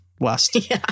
last